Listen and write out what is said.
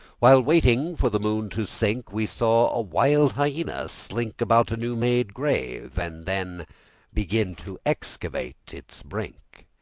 while waiting for the moon to sink we saw a wild hyena slink about a new-made grave, and then begin to excavate its brink!